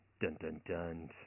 Dun-dun-dun